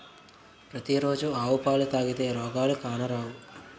పతి రోజు ఆవు పాలు తాగితే రోగాలు కానరావు